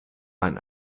man